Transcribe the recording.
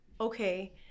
okay